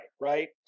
right